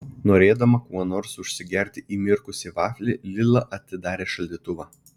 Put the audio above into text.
norėdama kuo nors užsigerti įmirkusį vaflį lila atidarė šaldytuvą